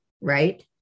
right